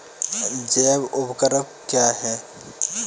जैव ऊर्वक क्या है?